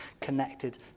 connected